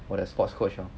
我的 sports coach orh